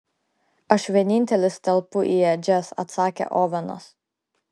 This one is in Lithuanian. aš vienintelis telpu į ėdžias atsakė ovenas